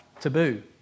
taboo